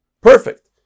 Perfect